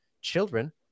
children